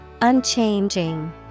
Unchanging